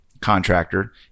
contractor